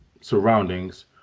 surroundings